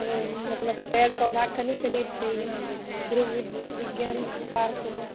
मतलब पेड़ पौधा कनि कनि छै ओहिमे ध्रुव विज्ञा विज्ञान पार्कमे